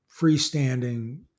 freestanding